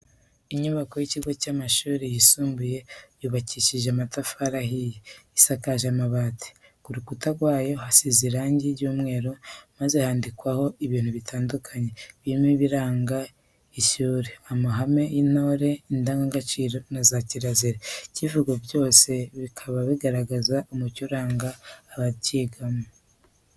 Inyubako y'ikigo cy'amashuri yisumbuye yubakishije amatafari ahiye, isakaje amabati, ku rukuta rwayo hasizwe irangi ry'umweru maze handikwaho ibintu bitandukanye birimo ibirango by'ishuri, amahame y'intore, indangagaciro na za kirazira, icyivugo byose bikaba bigaragaza umuco uranga abaryigamo.